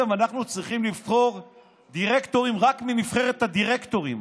אנחנו צריכים לבחור דירקטורים רק מנבחרת הדירקטורים.